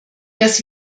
dass